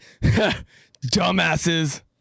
dumbasses